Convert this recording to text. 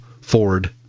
Ford